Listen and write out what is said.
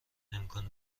امکان